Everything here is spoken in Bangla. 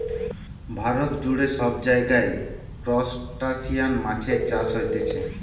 ভারত জুড়ে সব জায়গায় ত্রুসটাসিয়ান মাছের চাষ হতিছে